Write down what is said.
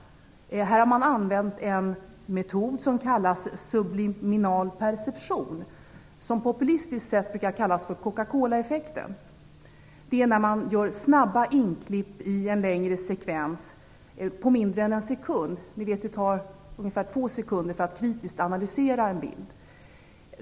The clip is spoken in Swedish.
Här har man använt en metod som kallas subliminal perception som populistiskt brukar kallas för cocacolaeffekten. Man gör snabba inklipp i en längre sekvens som tar mindre än en sekund - det tar ungefär två sekunder att kritiskt analysera en bild.